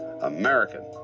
American